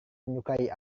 menyukai